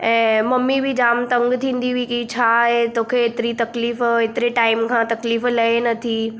ऐं ममी बि जामु तंगु थींदी हुई की छा आहे तोखे एतिरी तकलीफ़ एतिरे टाइम खां तकलीफ़ लहे नथी